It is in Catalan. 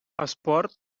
esports